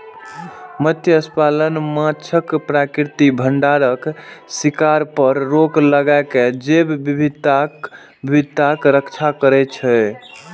मत्स्यपालन माछक प्राकृतिक भंडारक शिकार पर रोक लगाके जैव विविधताक रक्षा करै छै